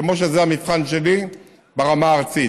כמו שזה המבחן שלי ברמה הארצית.